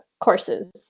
courses